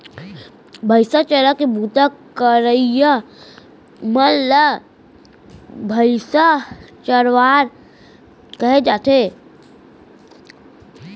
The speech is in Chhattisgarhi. भईंसा चराए के बूता करइया मन ल भईंसा चरवार कहे जाथे